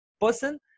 person